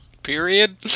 Period